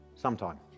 Sometime